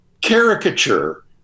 caricature